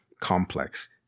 complex